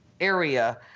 area